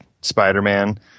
Spider-Man